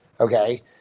okay